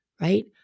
right